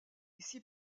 ici